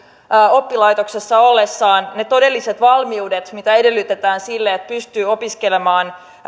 oppilaitoksessa ollessaan ne todelliset valmiudet mitä edellytetään sille että pystyy opiskelemaan